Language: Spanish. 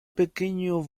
pequeño